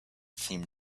seemed